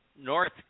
North